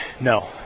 No